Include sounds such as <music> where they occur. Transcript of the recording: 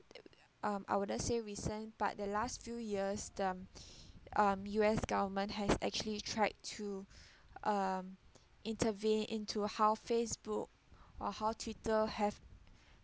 um I wouldn't say recent but the last few years the <breath> um U_S government has actually tried to um intervene into how Facebook or how Twitter have